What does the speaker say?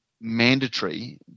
mandatory